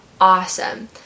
awesome